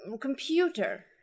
computer